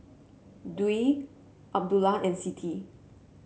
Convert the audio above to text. Dwi Abdullah and Siti